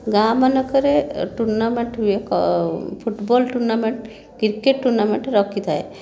ଗାଁମାନଙ୍କରେ ଟୁର୍ଣ୍ଣାମେଣ୍ଟ ହୁଏ football tournament cricket tournament ରଖିଥାଏ